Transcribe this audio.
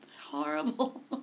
horrible